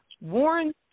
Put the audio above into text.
Warren